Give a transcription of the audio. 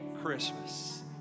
Christmas